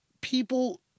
People